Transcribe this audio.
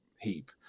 heap